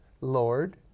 Lord